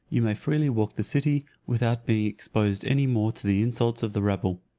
you may freely walk the city, without being exposed any more to the insults of the rabble.